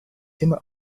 timor